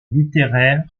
littéraires